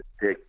take